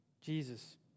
Jesus